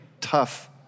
tough